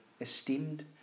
esteemed